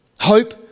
Hope